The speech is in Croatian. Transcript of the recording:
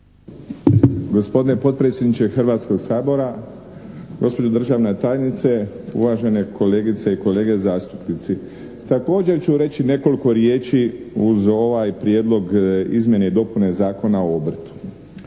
Gospodine potpredsjedniče Hrvatskog sabora, gospođo državna tajnice, uvažene kolegice i kolege zastupnici! Također ću reći nekoliko riječi uz ovaj Prijedlog izmjena i dopuna Zakona o obrtu.